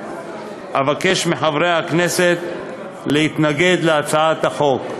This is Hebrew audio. אבקש מחברי הכנסת להתנגד להצעת החוק.